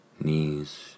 Knees